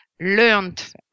learned